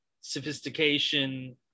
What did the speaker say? sophistication